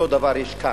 אותו דבר יש כאן,